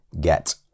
get